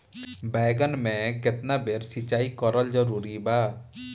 बैगन में केतना बेर सिचाई करल जरूरी बा?